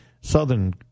Southern